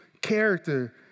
character